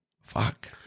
fuck